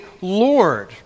Lord